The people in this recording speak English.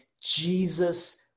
Jesus